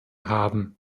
haben